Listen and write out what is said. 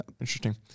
Interesting